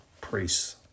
priests